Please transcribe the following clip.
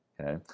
Okay